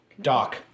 Doc